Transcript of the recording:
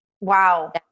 Wow